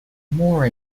more